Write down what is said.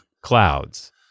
clouds